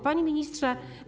Panie Ministrze!